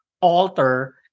alter